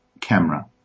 camera